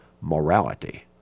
morality